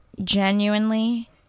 genuinely